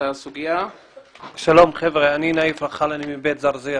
אני מבית זרזיר.